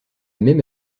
même